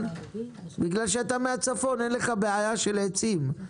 בגלל שאתה מהצפון, אין לך בעיה של עצים.